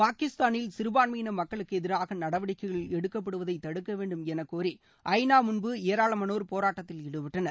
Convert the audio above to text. பாகிஸ்தானில் சிறுபான்மையின மக்களுக்கு எதிராக நடவடிக்கைகள் எடுக்கப்படுவதை தடுக்க வேண்டும் எனக் கோரி ஐநா முன்பு ஏராளமானோர் போராட்டத்தில் ஈடுபட்டனர்